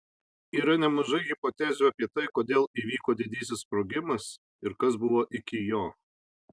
yra nemažai hipotezių apie tai kodėl įvyko didysis sprogimas ir kas buvo iki jo